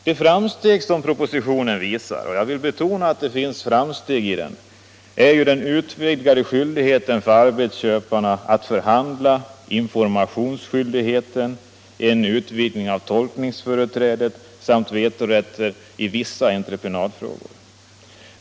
De framsteg som finns i propositionen — jag vill betona att det finns sådana där — är den utvidgade skyldigheten för arbetsköparna att förhandla, informationsskyldigheten, en utvidgning av tolkningsföreträdet samt vetorätten i vissa entreprenadfrågor.